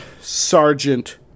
Sergeant